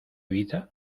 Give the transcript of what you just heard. vida